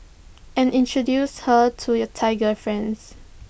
and introduce her to your Thai girlfriends